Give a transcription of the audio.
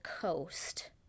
coast